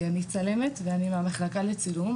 כי אני צלמת ואני מהמחלקה לצילום,